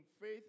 faith